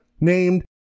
named